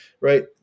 right